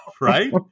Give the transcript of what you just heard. right